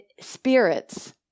spirits